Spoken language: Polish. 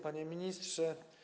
Panie Ministrze!